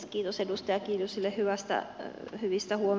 kiitos edustaja kiljuselle hyvistä huomioista